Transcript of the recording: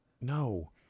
no